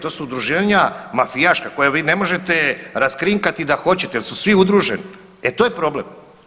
To su udruživanja mafijaška koja vi ne možete raskrinkati i da hoćete jer su svi udruženi e to je problem.